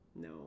No